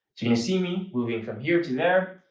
gonna see me moving from here to there,